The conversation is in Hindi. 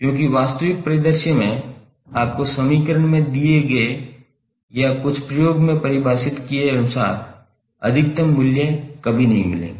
क्योंकि वास्तविक परिदृश्य में आपको समीकरण में दिए गए या कुछ प्रयोग में परिभाषित किए गए अनुसार अधिकतम मूल्य कभी नहीं मिलेंगे